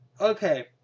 Okay